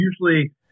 usually